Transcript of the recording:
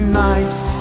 night